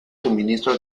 suministro